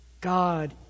god